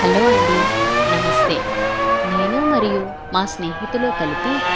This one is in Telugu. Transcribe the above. హలో అండి నమస్తే నేను మరియు మా స్నేహితులు కలిపి